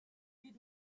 did